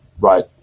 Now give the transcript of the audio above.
Right